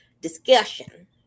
discussion